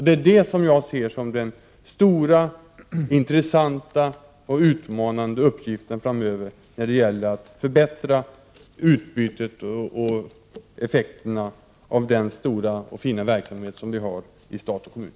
Det är det som jag ser som den stora, intressanta och utmanande uppgiften framöver, förbättra utbytet och effekterna av den stora och fina verksamhet som vi har i stat och kommun.